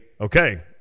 okay